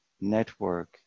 network